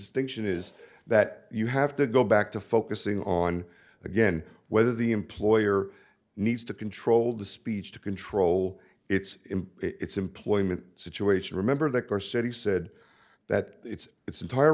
distinction is that you have to go back to focusing on again whether the employer needs to control the speech to control its in its employment situation remember that gore said he said that it's its entire